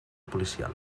policial